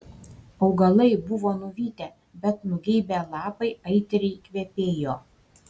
augalai buvo nuvytę bet nugeibę lapai aitriai kvepėjo